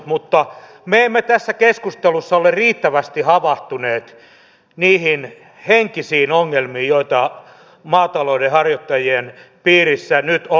mutta me emme tässä keskustelussa ole riittävästi havahtuneet niihin henkisiin ongelmiin joita maatalouden harjoittajien piirissä nyt on